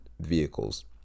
vehicles